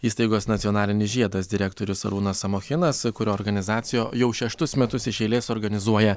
įstaigos nacionalinis žiedas direktorius arūnas samochinas kurio organizacija jau šeštus metus iš eilės organizuoja